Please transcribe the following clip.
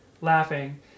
laughing